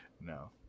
No